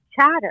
chatter